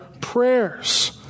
prayers